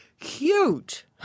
cute